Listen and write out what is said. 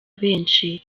benshi